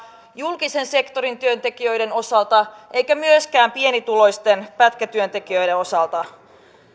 julkisen sektorin työntekijöiden osalta eivätkä myöskään pienituloisten pätkätyöntekijöiden osalta